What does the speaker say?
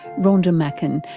rhonda macken,